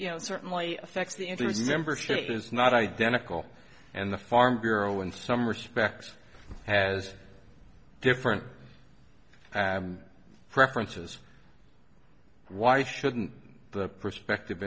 you know it certainly affects the entire new membership is not identical and the farm bureau in some respects has different and preferences why shouldn't the perspective